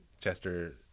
Chester